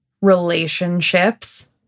relationships